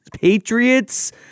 Patriots